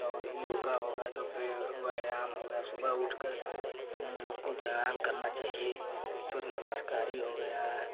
और योगा होगा जो व्यायाम हो गया सुबह उठकर हम लोग व्यायाम करना चाहिए सूर्य नमस्कार ही हो गया